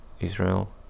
Israel